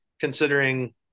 considering